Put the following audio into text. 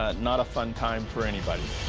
ah not a fun time for anybody.